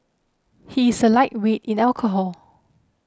he is a lightweight in alcohol